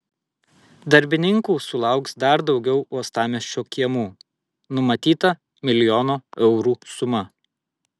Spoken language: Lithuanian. darbininkų sulauks dar daugiau uostamiesčio kiemų numatyta milijono eurų suma